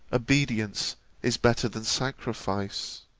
obedience is better than sacrifice.